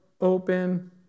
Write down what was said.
open